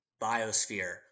Biosphere